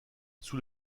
sous